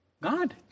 God